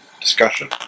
discussion